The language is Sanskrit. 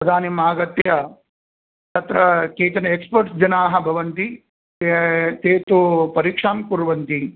तदानीम् आगत्य तत्र केचन एक्स्पर्ट्स् जनाः भवन्ति ते ते तु परीक्षां कुर्वन्ति